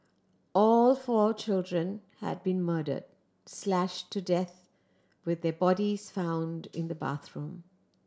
all four children had been murder slash to death with their bodies found in the bathroom